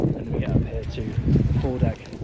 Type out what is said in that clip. and then we get up here to the foredeck,